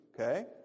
Okay